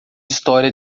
história